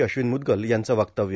अश्विन मुद्गल यांचं वक्तव्य